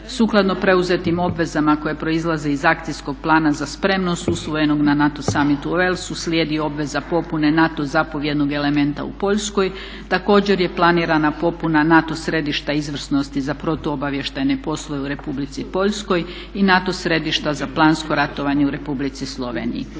Sukladno preuzetim obvezama koje proizlaze iz akcijskog plana za spremnost usvojenog na NATO summitu u Wallesu slijedi obveza popune NATO zapovjednog elementa u Poljskoj. Također je planirana popuna NATO središta izvrsnosti za protuobavještajne poslove u Republici Poljskoj i NATO središta za plansko ratovanje u Republici Sloveniji.